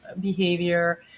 behavior